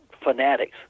fanatics